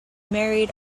married